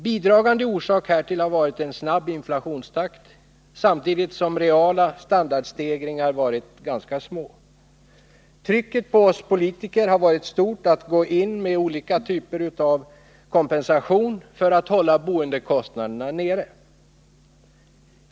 Bidragande orsak härtill har varit en snabb inflationstakt samtidigt som de reala standardstegringarna har varit ganska små. Trycket på oss politiker har varit stort att gå in med olika typer av kompensation för att hålla boendekostnaden nere.